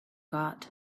got